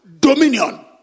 dominion